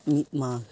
ᱢᱤᱫ ᱢᱟᱜᱽ